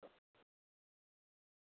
मुख पंद्रही तारीक वंञणो आ भईया